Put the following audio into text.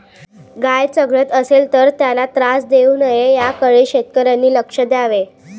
गाय चघळत असेल तर त्याला त्रास देऊ नये याकडे शेतकऱ्यांनी लक्ष द्यावे